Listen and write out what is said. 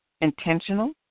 intentional